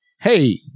Hey